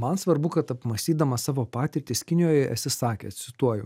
man svarbu kad apmąstydamas savo patirtis kinijoje esi sakęs cituoju